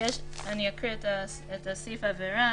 אקריא את סעיף העבירה.